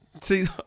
see